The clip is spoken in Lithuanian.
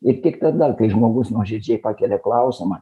ir tik tada kai žmogus nuoširdžiai pakelia klausimą